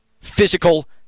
physical